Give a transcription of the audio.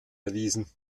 erwiesen